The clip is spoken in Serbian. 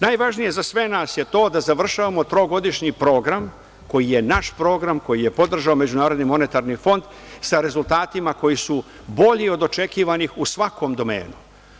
Najvažnije za sve nas je to da završavamo trogodišnji program koji je naš program, koji je podržao MMF sa rezultatima koji su bolji od očekivanih u svakom domenu.